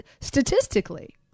statistically